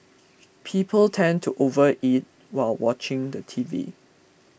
people tend to overeat while watching the T V